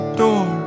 door